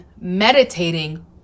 meditating